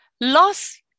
Loss